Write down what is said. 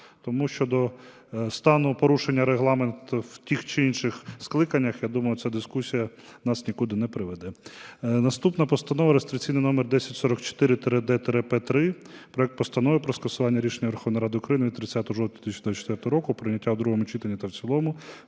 Тому щодо стану порушення Регламенту в тих чи інших скликаннях, я думаю, ця дискусія нас нікуди не приведе. Наступна постанова, реєстраційний номер 10044-д-П3: проект Постанови про скасування рішення Верховної Ради України від 30 жовтня 2024 року про прийняття у другому читанні та в цілому